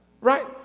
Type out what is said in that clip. right